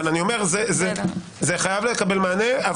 אבל זה חייב לקבל מענה.